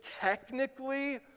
technically